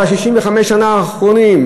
ב-65 השנים האחרונות.